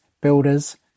builders